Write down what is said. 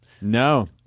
No